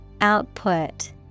Output